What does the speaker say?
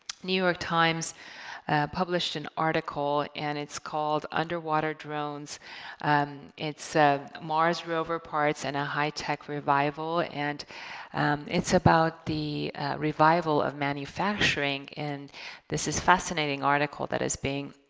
new york times published an article and it's called underwater drones it's ah mars rover parts and a high-tech revival and it's about the revival of manufacturing and this is fascinating article that as being